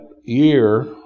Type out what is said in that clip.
year